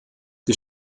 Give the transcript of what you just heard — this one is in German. die